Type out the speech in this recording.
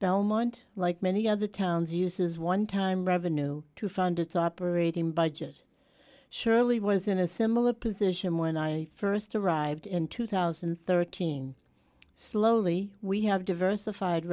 belmont like many other towns uses one time revenue to fund its operating budget shirley was in a similar position when i first arrived in two thousand and thirteen slowly we have diversified